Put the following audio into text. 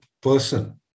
person